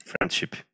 friendship